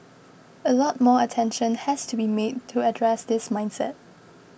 a lot more attention has to be made to address this mindset